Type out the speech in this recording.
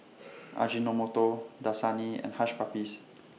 Ajinomoto Dasani and Hush Puppies